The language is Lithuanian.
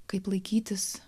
kaip laikytis